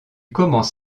commence